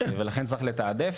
ולכן צריך לתעדף.